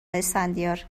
اسفندیار